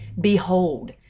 Behold